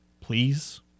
please